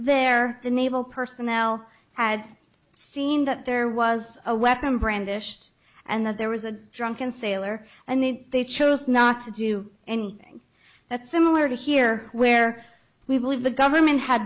they're the naval personnel had seen that there was a weapon brandished and that there was a drunken sailor and then they chose not to do anything that similar to here where we believe the government had